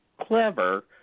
clever